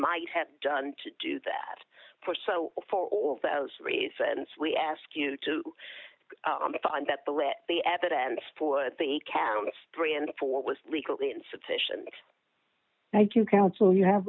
might have done to do that for so for all those reasons we ask you to find that the the evidence for the counts three and four was legally insufficient thank you council you have